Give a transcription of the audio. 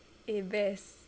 eh best